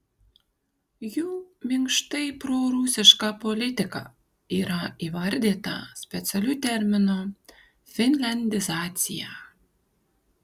jų minkštai prorusiška politika yra įvardyta specialiu terminu finliandizacija